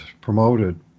promoted